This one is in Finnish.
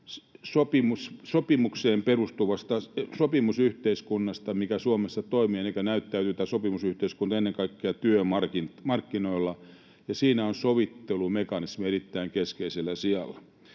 sopimukseen perustuvasta sopimusyhteiskunnasta, mikä Suomessa toimii ja mikä näyttäytyy ennen kaikkea työmarkkinoilla, ja siinä on sovittelumekanismi erittäin keskeisellä sijalla.